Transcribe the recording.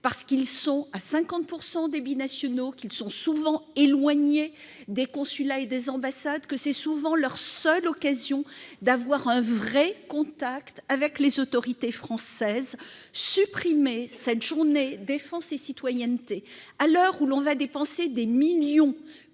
parce qu'ils sont à 50 % des binationaux, qu'ils sont souvent éloignés des consulats et des ambassades, et que c'est souvent leur seule occasion d'avoir un vrai contact avec les autorités françaises. Supprimer la JDC pour eux, à l'heure où l'on s'apprête à dépenser des millions